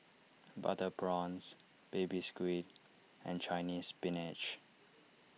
Butter Prawns Baby Squid and Chinese Spinach